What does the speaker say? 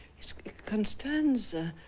its constanza.